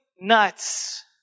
nuts